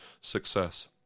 success